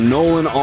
Nolan